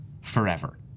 forever